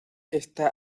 está